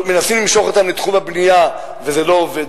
מנסים למשוך אותם לתחום הבנייה, וזה לא עובד.